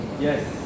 Yes